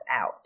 out